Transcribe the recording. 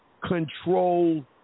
control